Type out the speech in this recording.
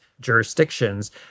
jurisdictions